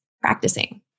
practicing